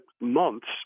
months